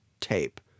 tape